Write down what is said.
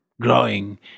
growing